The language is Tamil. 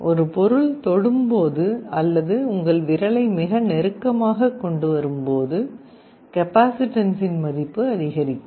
எனவே ஒரு பொருள் தொடும்போது அல்லது உங்கள் விரலை மிக நெருக்கமாக கொண்டு வரும்போது கெபாசிட்டன்ஸின் மதிப்பு அதிகரிக்கும்